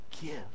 give